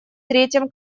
третьем